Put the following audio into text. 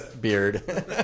beard